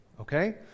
okay